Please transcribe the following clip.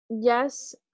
yes